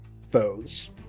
foes